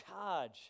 charge